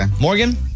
Morgan